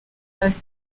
hasi